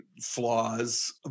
flaws